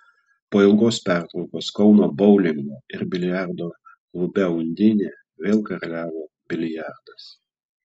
po ilgos pertraukos kauno boulingo ir biliardo klube undinė vėl karaliavo biliardas